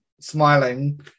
smiling